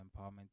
empowerment